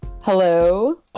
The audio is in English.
Hello